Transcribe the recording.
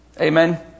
Amen